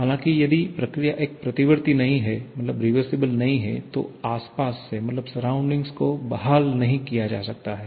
हालाँकि यदि प्रक्रिया एक प्रतिवर्ती नहीं है तो आसपास को बहाल नहीं किया जा सकता है